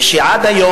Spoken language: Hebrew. אני חושב שהעיקרון,